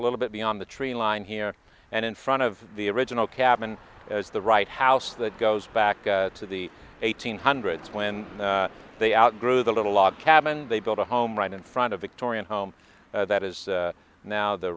little bit beyond the tree line here and in front of the original cabin as the right house that goes back to the eighteen hundreds when they outgrew the little log cabin they built a home right in front of victorian home that is now the